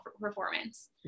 performance